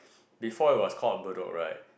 before it was called Bedok right